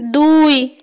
দুই